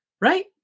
Right